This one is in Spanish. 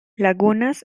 lagunas